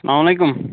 سَلام علیکُم